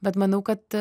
bet manau kad